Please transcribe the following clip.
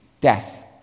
death